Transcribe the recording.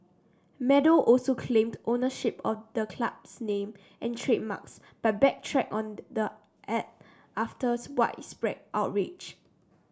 meadow also claimed ownership of the club's name and trademarks but backtracked on after widespread outrage